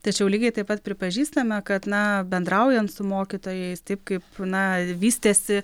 tačiau lygiai taip pat pripažįstame kad na bendraujant su mokytojais taip kaip na vystėsi